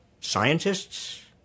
Scientists